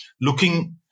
looking